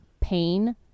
pain